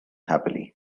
happily